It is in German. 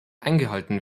eingehalten